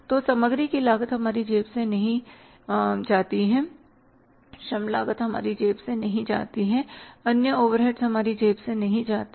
तो सामग्री की लागत हमारी जेब से नहीं चाहती है श्रम लागत हमारी जेब से नहीं जाती है अन्य ओवरहेड हमारी जेब से नहीं जाते हैं